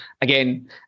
again